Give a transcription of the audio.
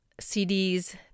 cds